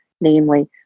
namely